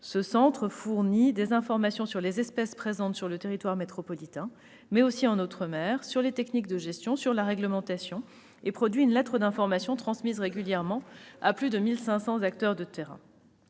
Ce centre fournit des informations sur les espèces présentes sur le territoire métropolitain, mais aussi en outre-mer, sur les techniques de gestion, sur la réglementation. Il produit une lettre d'information transmise régulièrement à plus de 1 500 acteurs de terrain.